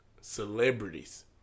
celebrities